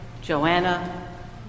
Joanna